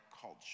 culture